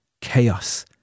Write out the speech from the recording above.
chaos